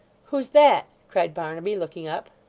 who's that cried barnaby, looking up.